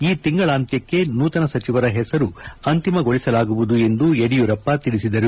ಈ ತಿಂಗಳಾಂತ್ಲಕ್ಷೆ ನೂತನ ಸಚಿವರ ಹೆಸರು ಅಂತಿಮಗೊಳಿಸಲಾಗುವುದು ಎಂದು ಯಡಿಯೂರಪ್ಪ ತಿಳಿಸಿದರು